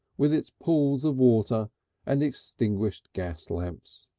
with its pools of water and extinguished gas lamps.